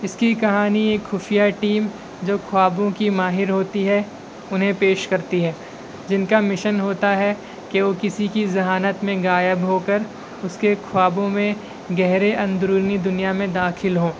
اس کی کہانی ایک خفیہ ٹیم جو خوابوں کی ماہر ہوتی ہے انہیں پیش کرتی ہے جن کا مشن ہوتا ہے کہ وہ کسی کی ذہانت میں غائب ہو کر اس کے خوابوں میں گہرے اندرونی دنیا میں داخل ہوں